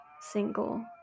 single